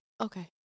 Okay